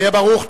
היה ברוך.